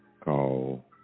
call